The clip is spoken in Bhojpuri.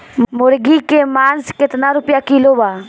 मुर्गी के मांस केतना रुपया किलो बा?